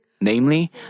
Namely